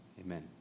Amen